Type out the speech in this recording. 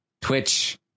Twitch